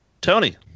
Tony